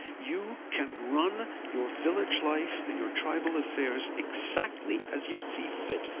you can run your village life and your tribal affairs exactly as you see fit.